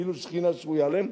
כאילו שכינה שרויה עליהם.